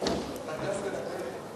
גם מרמה בהצגת החוק.